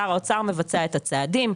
שר האוצר מבצע את הצעדים,